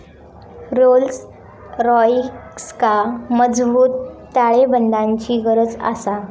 Rolls रॉइसका मजबूत ताळेबंदाची गरज आसा